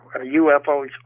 UFOs